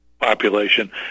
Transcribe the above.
population